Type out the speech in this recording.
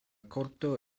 korto